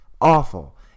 Awful